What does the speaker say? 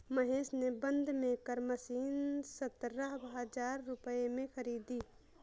महेश ने बंद maker machine सतरह हजार रुपए में खरीदी